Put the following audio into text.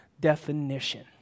definition